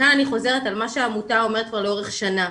וכאן אני חוזרת על מה שהעמותה אומרת כבר לאורך שנה,